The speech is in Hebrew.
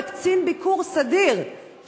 בקצין ביקור סדיר,